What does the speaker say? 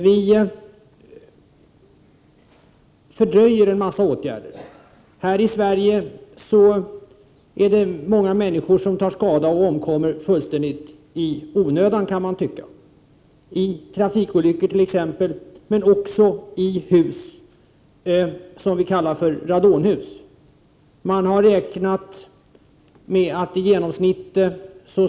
Vi fördröjer en mängd åtgärder. Det är många människor i Sverige som fullständigt i onödan tar skada och även omkommer i exempelvis trafikolyckor men också till följd av att man bor i s.k. radonhus.